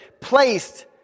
placed